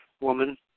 woman